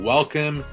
Welcome